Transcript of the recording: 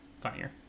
funnier